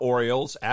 Orioles